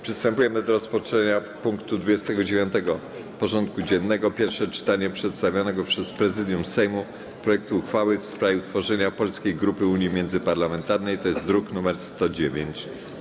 Przystępujemy do rozpatrzenia punktu 29. porządku dziennego: Pierwsze czytanie przedstawionego przez Prezydium Sejmu projektu uchwały w sprawie utworzenia Polskiej Grupy Unii Międzyparlamentarnej (druk nr 109)